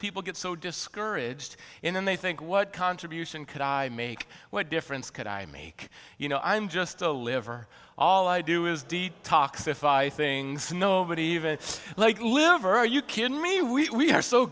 people get so discouraged in they think what contribution could i make what difference could i make you know i'm just a liver all i do is detox if i things nobody even like liver are you kidding me we are so